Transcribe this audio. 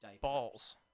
balls